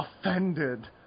offended